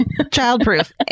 Childproof